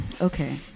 okay